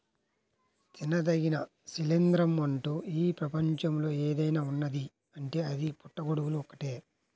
తినదగిన శిలీంద్రం అంటూ ఈ ప్రపంచంలో ఏదైనా ఉన్నదీ అంటే అది పుట్టగొడుగులు ఒక్కటే